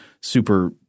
super